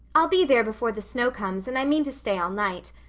i'll be there before the snow comes and i mean to stay all night.